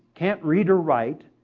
can't read or write,